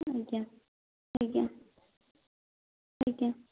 ଆଜ୍ଞା ଆଜ୍ଞା ଆଜ୍ଞା